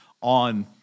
on